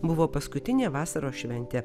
buvo paskutinė vasaros šventė